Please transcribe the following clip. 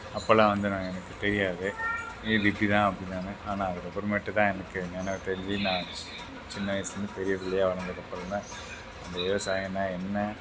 அப்பெல்லாம் வந்து நான் எனக்கு தெரியாது இது இப்படி தான் அப்படி தான் ஆனால் அதுக்கப்புறமேட்டு தான் எனக்கு நினவு தெரிஞ்சு நான் சின்ன வயசுலருந்து பெரிய பிள்ளையா வளர்ந்ததுக்கப்பறந்தான் அந்த விவசாயம்னால் என்ன